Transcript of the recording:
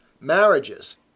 marriages